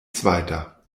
zweiter